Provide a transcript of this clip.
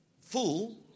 Full